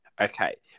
Okay